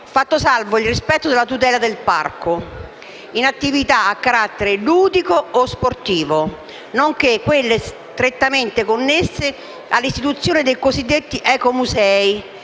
fatto salvo il rispetto della tutela del parco, in attività a carattere ludico o sportivo, nonché in quelle strettamente connesse all’istituzione dei cosiddetti ecomusei.